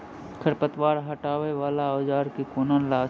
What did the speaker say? खरपतवार हटावय वला औजार केँ कोना चलाबी?